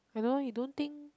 I know you don't think